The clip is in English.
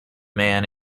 man